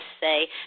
say